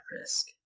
risk